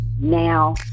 now